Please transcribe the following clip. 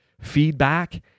feedback